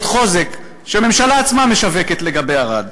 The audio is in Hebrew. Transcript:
חוזק שהממשלה עצמה משווקת לגבי ערד.